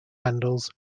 handles